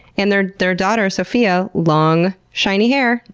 and their their daughter sophia long shiny hair.